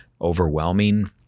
overwhelming